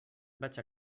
vaig